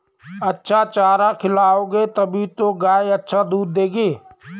अच्छा चारा खिलाओगे तभी तो गाय अच्छा दूध देगी